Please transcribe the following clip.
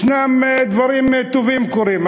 ישנם דברים טובים שקורים.